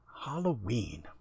Halloween